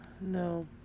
No